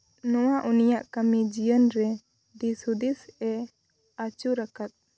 ᱱᱚᱣᱟ ᱩᱱᱤᱭᱟᱜ ᱠᱟᱹᱢᱤ ᱡᱤᱭᱚᱱᱨᱮ ᱫᱤᱥᱦᱩᱫᱤᱥᱮ ᱟᱹᱪᱩᱨ ᱟᱠᱟᱫ